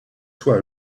sois